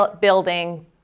building